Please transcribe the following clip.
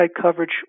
coverage